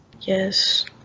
Yes